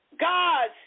God's